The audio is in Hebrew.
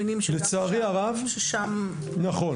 לצערי הרב --- אנחנו מבינים שגם שם --- נכון.